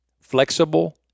flexible